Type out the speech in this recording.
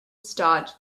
stauch